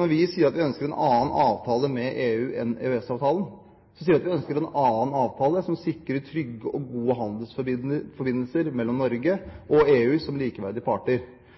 Når vi sier at vi ønsker en annen avtale med EU enn EØS-avtalen, sier vi at vi ønsker en annen avtale som sikrer trygge og gode handelsforbindelser mellom Norge og EU som likeverdige parter.